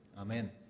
Amen